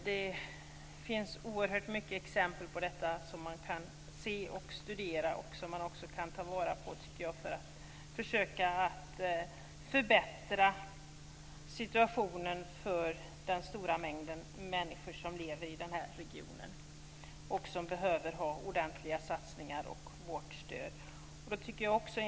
Det finns oerhört många exempel på detta som man kan se, studera och också ta vara på, tycker jag, för att försöka förbättra situationen för den stora mängden människor som lever i den här regionen. De behöver ordentliga satsningar, och de behöver vårt stöd.